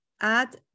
add